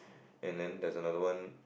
and then there's another one